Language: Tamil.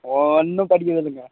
ஓ ஒன்றும் படிக்கிறது இல்லைங்க